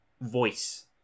voice